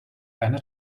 eine